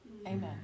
Amen